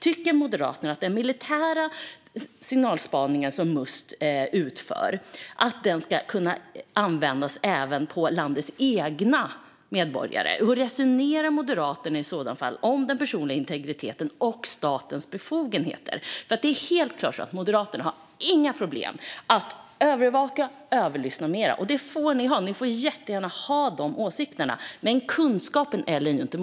Tycker Moderaterna att den militära signalspaning som Must utför ska kunna användas även mot landets egna medborgare? Hur resonerar Moderaterna i så fall kring den personliga integriteten och statens befogenheter? Det är helt klart så att Moderaterna inte har några problem med att övervaka och avlyssna mer. Ni får jättegärna ha de åsikterna - men kunskapen, Ellen Juntti!